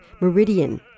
Meridian